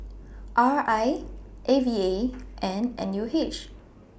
R I A V A and N U H